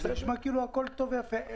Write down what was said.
אבל זה נשמע כאילו הכול טוב ויפה.